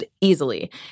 easily